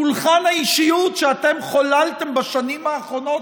פולחן האישיות שאתם חוללתם בשנים האחרונות,